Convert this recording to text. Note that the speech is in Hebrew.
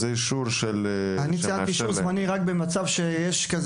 אני מוציא אישור זמני רק במצב שבו